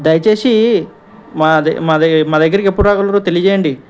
దయచేసి మా ద మా దగమా దగ్గరకి ఎప్పుడురాగలరు తెలిజేయండి